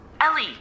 Ellie